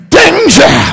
danger